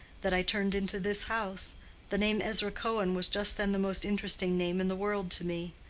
that i turned into this house the name ezra cohen was just then the most interesting name in the world to me.